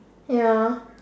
ya